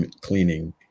cleaning